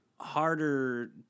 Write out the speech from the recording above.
harder